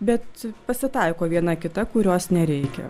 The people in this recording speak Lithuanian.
bet pasitaiko viena kita kurios nereikia